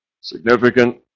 significant